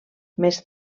més